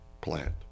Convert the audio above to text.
plant